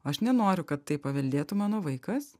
aš nenoriu kad tai paveldėtų mano vaikas